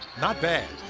not bad.